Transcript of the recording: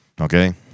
okay